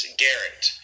garrett